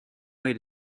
way